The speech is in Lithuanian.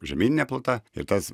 žemynine pluta ir tas